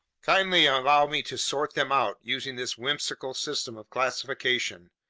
kindly allow me to sort them out using this whimsical system of classification.